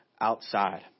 outside